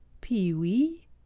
Pee-wee